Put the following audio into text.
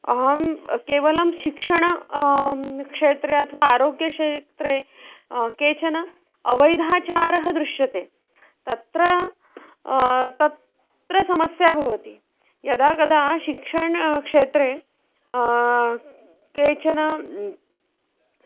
अहं केवलं शिक्षणे क्षेत्रे अथवा आरोग्यक्षेत्रे केचन अवैधाचाराः दृश्यन्ते तत्र तत्र समस्या भवति यदा कदा शिक्षणक्षेत्रे केचन